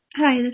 Hi